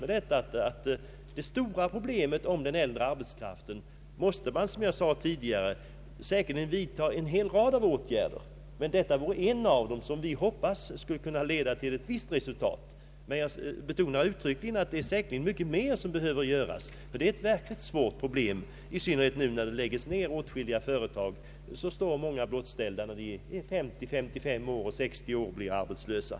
Som jag tidigare framhöll måste man säkerligen vidta en hel rad av åtgärder för att komma till rätta med det stora problemet med den äldre arbetskraften, och detta vore bara en åtgärd som vi hoppas skulle kunna leda till ett visst resultat. Jag betonar emellertid uttryckligen att det säkerligen är mycket mer som behöver göras för den äldre arbetskraften. I synnerhet nu när åtskilliga företag läggs ned står många blottställda när de i 535—60-årsåldern blir arbetslösa.